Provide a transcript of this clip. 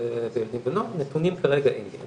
בבני נוער, נתונים כרגע אין לי.